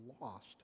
lost